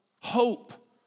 hope